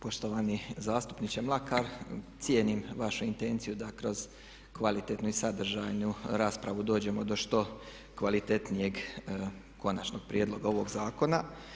Poštovani zastupniče Mlakar, cijenim vašu intenciju da kroz kvalitetnu i sadržajnu raspravu dođemo do što kvalitetnijeg konačnog prijedloga ovog zakona.